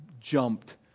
jumped